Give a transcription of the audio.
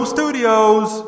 Studios